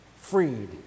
Freed